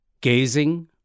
Gazing